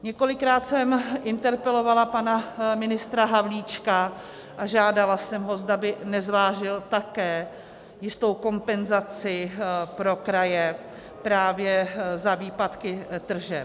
Několikrát jsem interpelovala pana ministra Havlíčka a žádala jsem ho, zda by nezvážil také jistou kompenzaci pro kraje právě za výpadky tržeb.